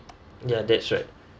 yeah that's right